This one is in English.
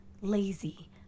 lazy